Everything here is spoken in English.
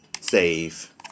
Save